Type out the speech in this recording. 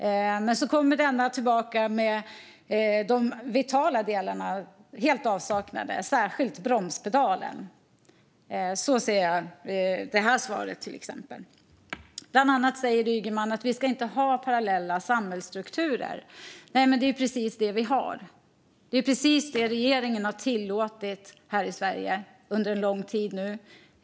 Den andra personen kommer tillbaka och är helt i avsaknad av de vitala delarna, särskilt bromspedalen. Så ser jag det här svaret. Bland annat sa Ygeman att vi inte ska ha parallella samhällsstrukturer, men det är ju precis det vi har. Det är precis det som regeringen har tillåtit här i Sverige under lång tid.